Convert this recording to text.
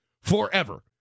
forever